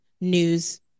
news